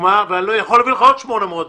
ואני יכול להביא לך עוד 80 דוגמאות.